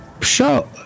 show